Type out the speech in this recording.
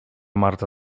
marta